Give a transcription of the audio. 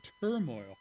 turmoil